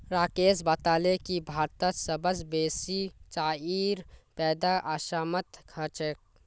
राकेश बताले की भारतत सबस बेसी चाईर पैदा असामत ह छेक